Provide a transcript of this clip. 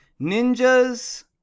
ninjas